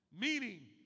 Meaning